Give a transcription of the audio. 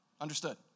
Understood